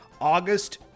August